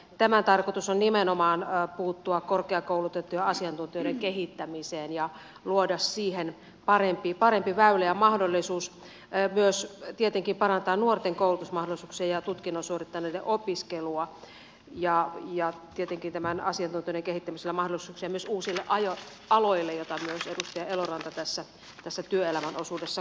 tämän tarkoitus on nimenomaan puuttua korkeakoulutettujen asiantuntijoiden kehittämiseen ja luoda siihen parempi väylä ja tietenkin myös mahdollisuus parantaa nuoren koulutusmahdollisuuksia ja tutkinnon suorittaneiden opiskelua ja tietenkin tällä asiantuntijoiden kehittämisellä mahdollisuuksia myös uusille aloille mitä myös edustaja eloranta tässä työelämän osuudessa korosti